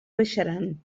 baixaran